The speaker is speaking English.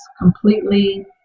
completely